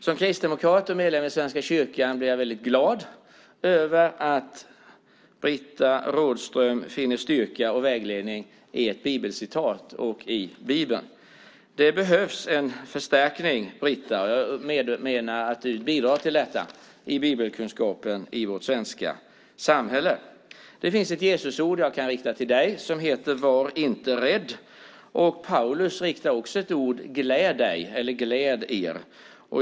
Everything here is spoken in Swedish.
Som medlem i Svenska kyrkan blev jag väldigt glad över att Britta Rådström finner styrka och vägledning i ett bibelcitat och i Bibeln. Jag menar att Britta bidrar till en förstärkning av bibelkunskapen i det svenska samhället. Det finns ett Jesusord som jag kan rikta till dig som lyder: Var inte rädd. Paulus riktar också ett ord: Gläd er.